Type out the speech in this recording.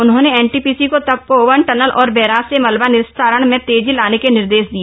उन्होंने एनटीपीसी को तपोवन टनल और बैराज से मलबा निस्तारण में तेजी लाने के निर्देश दिए